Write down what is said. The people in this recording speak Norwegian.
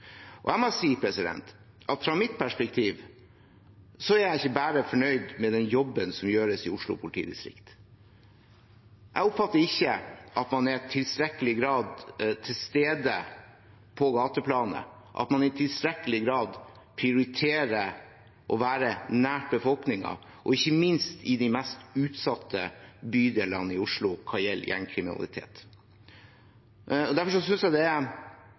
Jeg må si at fra mitt perspektiv er jeg ikke bare fornøyd med den jobben som gjøres i Oslo politidistrikt. Jeg oppfatter ikke at man i tilstrekkelig grad er til stede på gateplanet, at man i tilstrekkelig grad prioriterer å være nært befolkningen, og ikke minst i de mest utsatte bydelene i Oslo hva gjelder gjengkriminalitet. Derfor synes jeg det er